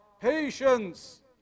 patience